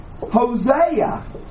Hosea